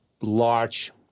large